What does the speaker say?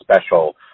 special